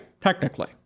technically